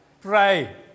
pray